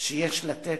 שיש לתת